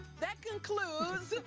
that concludes.